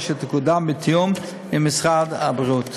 אשר תקודם בתיאום עם משרד הבריאות.